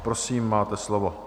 Prosím, máte slovo.